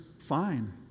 fine